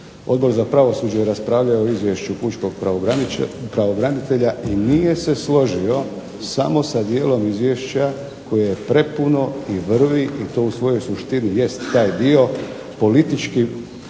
Odbor za pravosuđe je raspravljao o Izvješću pučkog pravobranitelja i nije se složio samo sa dijelom izvješća koje je prepuno i vrvi, i to u svojoj suštini jest taj dio, vrvi političkim